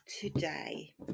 today